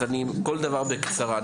אז כל דבר בקצרה.